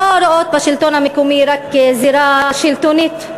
לא רואות בשלטון המקומי רק זירה שלטונית.